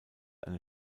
eine